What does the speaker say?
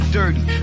dirty